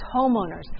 homeowners